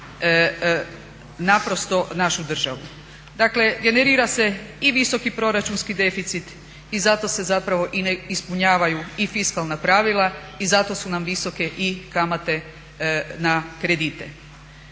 naprosto našu državu. Dakle generira se i visoki proračunski deficit i zato se zapravo i ne ispunjavaju i fiskalna pravila i zato su nam visoke i kamate na kredite.